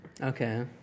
Okay